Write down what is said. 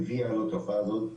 הביאה לתופעה הזו.